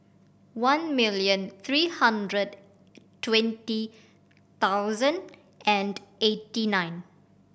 one million three hundred twenty thousand and eighty nine